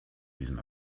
diesem